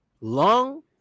long